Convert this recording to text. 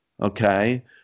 Okay